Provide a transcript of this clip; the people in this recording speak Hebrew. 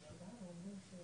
החלטת ועדת הכנסת בדבר ערעורים